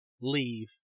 leave